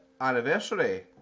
anniversary